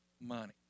money